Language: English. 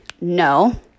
No